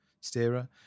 steerer